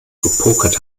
gepokert